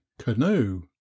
canoe